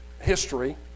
history